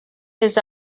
his